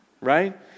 right